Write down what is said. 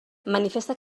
manifesta